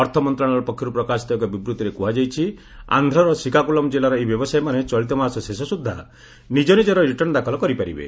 ଅର୍ଥ ମନ୍ତ୍ରଣାଳୟ ପକ୍ଷରୁ ପ୍ରକାଶିତ ଏକ ବିବୃତ୍ତିରେ କୁହାଯାଇଛି ଆନ୍ଧ୍ରର ଶ୍ରୀକାକୁଲମ୍ କିଲ୍ଲାର ଏହି ବ୍ୟବସାୟୀମାନେ ଚଳିତ ମାସ ଶେଷ ସୁଦ୍ଧା ନିକ ନିଜର ରିଟର୍ଶ୍ଣ ଦାଖଲ କରିପାରିବେ